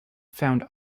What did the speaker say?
found